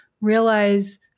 realize